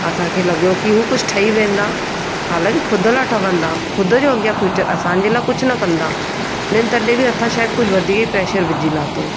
असांखे लॻियो की हू कुझु ठही वेंदा हालांकी ख़ुदि लाइ ठहंदा ख़ुदि जो अॻियां फ्यूचर असांजे लाइ कुझु न कंदा लेकिन तॾहिं बि असां शायदि कुझु वधीक ई प्रेशर विझी लाथो